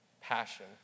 passion